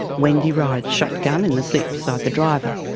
wendy rides shotgun in the seat beside the driver.